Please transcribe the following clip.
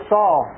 Saul